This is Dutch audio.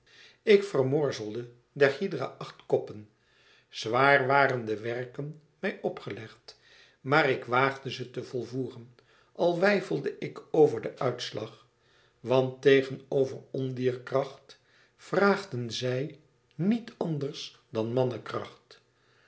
ik vermorzelde der hydra acht koppen zwaar waren de werken mij opgelegd maar ik waagde ze te volvoeren al weifelde ik over den uitslag want tegen over ondierkracht vraagden zij niet anders dan